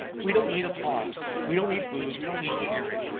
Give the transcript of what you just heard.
we don't need applause, we don't need boos, we don't need jeering.